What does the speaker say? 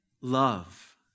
love